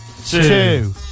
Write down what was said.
Two